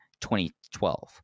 2012